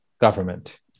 government